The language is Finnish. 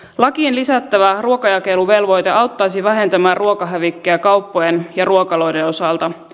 lakiin lisättävä ruokajakeluvelvoite auttaisi vähentämään ruokahävikkiä kauppojen ja ruokaloiden osalta